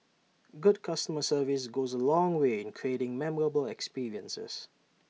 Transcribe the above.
good customer service goes A long way in creating memorable experiences